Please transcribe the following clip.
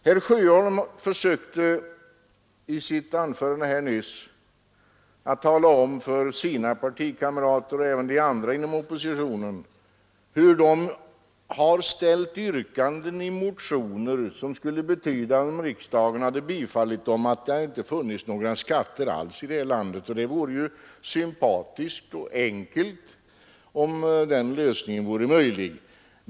Herr Sjöholm försökte i sitt anförande nyss att tala om för sina partikamrater och även de andra inom oppositionen, hur de har framställt yrkanden i motioner som skulle betyda, om riksdagen hade bifallit dem, att det inte hade funnits några skatter i det här landet. Det vore ju sympatiskt enkelt om den lösningen vore möjlig.